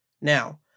Now